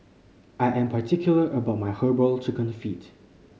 I am particular about my Herbal Chicken Feet